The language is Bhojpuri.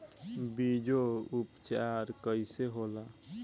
बीजो उपचार कईसे होला?